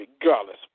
regardless